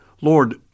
Lord